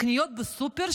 הקניות בסופר,